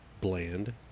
bland